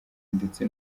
ndetse